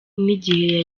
n’igihe